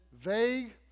vague